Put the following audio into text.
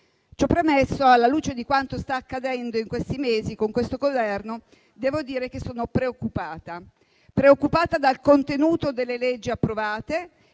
Ciò premesso, alla luce di quanto sta accadendo negli ultimi mesi con questo Governo, devo dire di essere preoccupata. E sono preoccupata dal contenuto delle leggi approvate,